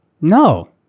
no